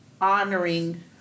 honoring